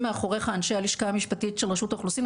מאחוריך אנשי הלשכה המשפטית של רשות האוכלוסין,